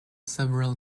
several